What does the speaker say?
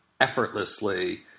effortlessly